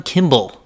Kimball